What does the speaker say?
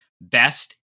best